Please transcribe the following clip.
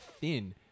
thin